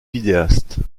vidéaste